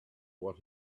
what